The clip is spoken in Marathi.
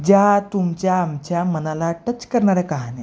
ज्या तुमच्या आमच्या मनाला टच करणाऱ्या कहाण्या आहेत